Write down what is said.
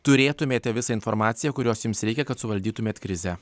turėtumėte visą informaciją kurios jums reikia kad suvaldytumėt krizę